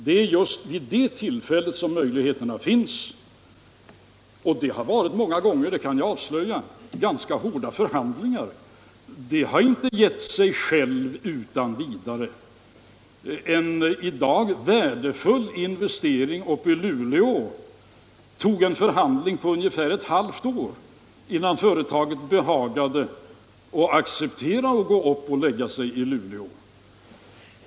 Det är just vid sådana tillfällen som möjligheterna finns —- och det har många gånger, det kan jag avslöja, förekommit ganska hårda förhandlingar. Dessa möjligheter har inte utan vidare gett sig själva. För en i dag värdefull investering uppe i Luleå behövdes det en förhandling på ungefär ett halvt år innan företaget behagade acceptera att placera sig där.